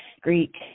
Greek